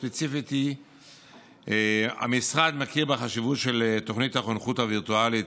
הספציפית: המשרד מכיר בחשיבות של תוכנית החונכות הווירטואלית,